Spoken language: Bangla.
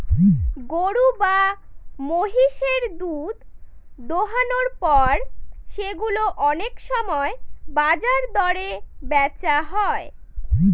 গরু বা মহিষের দুধ দোহানোর পর সেগুলো অনেক সময় বাজার দরে বেচা হয়